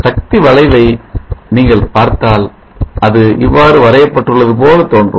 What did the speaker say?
சக்தி வளைவை நீங்கள் பார்த்தால் அது இவ்வாறு வரையப்பட்டது போல தோன்றும்